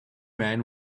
man